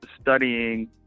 studying